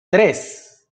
tres